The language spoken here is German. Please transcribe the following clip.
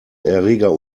erreger